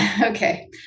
Okay